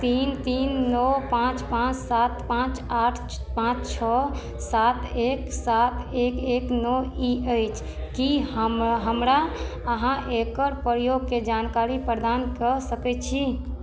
तीन तीन नओ पाँच पाँच सात पाँच आठ छओ पाँच छओ सात एक सात एक एक नओ ई अछि की हम हमरा अहाँ एकर प्रयोगके जानकारी प्रदान कऽ सकय छी